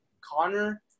Connor